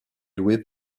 loué